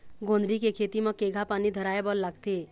गोंदली के खेती म केघा पानी धराए बर लागथे?